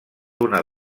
una